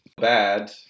bad